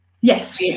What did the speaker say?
Yes